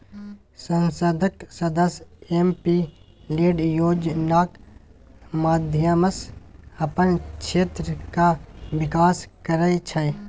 संसदक सदस्य MP LAD योजनाक माध्यमसँ अपन क्षेत्रक बिकास करय छै